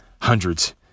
hundreds